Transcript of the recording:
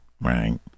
right